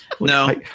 No